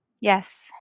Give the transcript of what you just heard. Yes